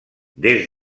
des